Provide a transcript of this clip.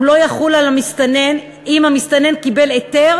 הוא לא יחול על המסתנן אם המסתנן קיבל היתר